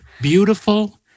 beautiful